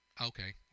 Okay